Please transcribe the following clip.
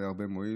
זה מאוד מועיל.